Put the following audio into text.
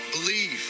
Believe